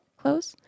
close